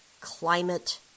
climate